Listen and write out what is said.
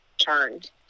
turned